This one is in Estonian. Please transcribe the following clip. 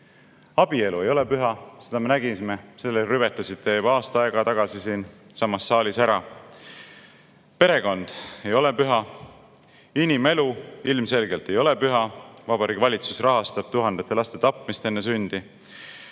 Abielu ei ole püha. Seda me nägime, selle rüvetasite juba aasta aega tagasi siinsamas saalis ära. Perekond ei ole püha. Inimelu ilmselgelt ei ole püha – Vabariigi Valitsus rahastab tuhandete laste tapmist enne sündi.